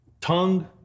tongue